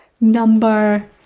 number